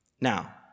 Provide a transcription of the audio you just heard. now